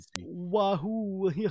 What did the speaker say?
Wahoo